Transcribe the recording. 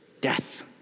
death